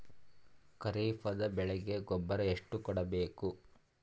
ಖರೀಪದ ಬೆಳೆಗೆ ಗೊಬ್ಬರ ಎಷ್ಟು ಕೂಡಬೇಕು?